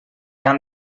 han